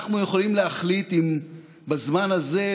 אנחנו יכולים להחליט אם בזמן הזה,